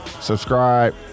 subscribe